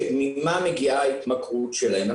ממה מגיעה ההתמכרות שלהם.